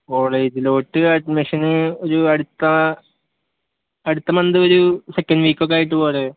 കോളേജിലോട്ട് അഡ്മിഷന് ഒരു അടുത്ത അടുത്ത മന്ത് ഒരു സെക്കൻറ്റ് വീക്കൊക്കെ ആയിട്ട് പോരെ